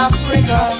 Africa